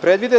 predvideti.